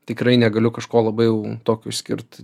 tikrai negaliu kažko labai jau tokio išskirt